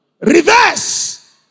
reverse